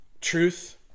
Truth